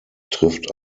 trifft